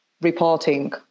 reporting